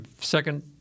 Second